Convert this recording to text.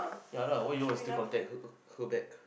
ya lah why you want to still contact her her back